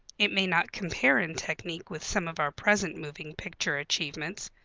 it may not compare in technique with some of our present moving picture achievements,